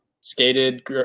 skated